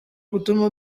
gutuma